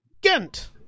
Ghent